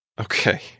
Okay